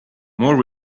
more